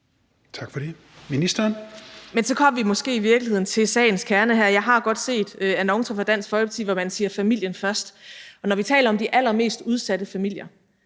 (Astrid Krag): Men så kom vi måske i virkeligheden til sagens kerne her. Jeg har godt set annoncer fra Dansk Folkeparti, hvor man siger: familien først. Når vi taler om de allermest udsatte familier,